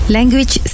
Language